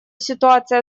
ситуация